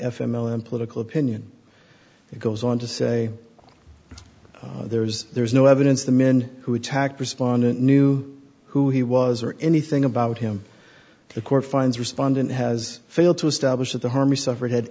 m political opinion it goes on to say there's there's no evidence the men who attacked respondent knew who he was or anything about him the court finds respondent has failed to establish that the harm he suffered had